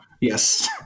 yes